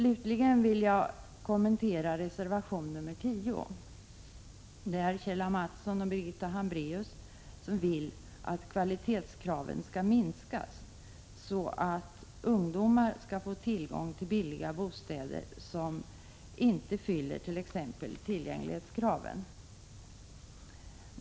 Jag vill så kommentera reservation 10, där Kjell A. Mattsson och Birgitta Hambraeus vill att kvalitetskraven skall sänkas, så att ungdomar får tillgång till billiga bostäder som inte fyller t.ex. tillgänglighetskraven.